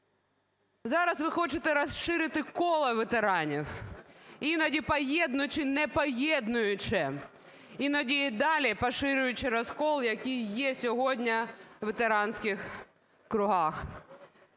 Зараз ви хочете розширити коло ветеранів, іноді поєднуючи непоєднуване, іноді і далі поширюючи розкол, який є сьогодні у ветеранських кругах.